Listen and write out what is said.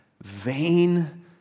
vain